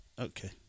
Okay